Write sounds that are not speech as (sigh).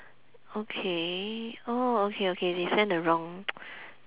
okay oh okay okay they sent the wrong (noise)